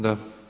Da.